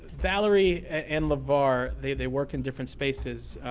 valerie and levar, they they work in different spaces,